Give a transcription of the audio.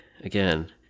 again